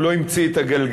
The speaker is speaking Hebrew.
הוא לא המציא את הגלגל.